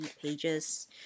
pages